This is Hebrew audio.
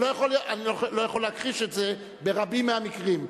אני לא יכול להכחיש את זה ברבים מהמקרים,